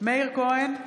מאיר כהן,